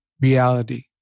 reality